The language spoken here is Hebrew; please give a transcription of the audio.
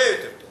הרבה יותר טוב.